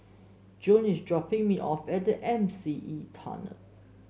Joan is dropping me off at M C E Tunnel